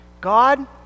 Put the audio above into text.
God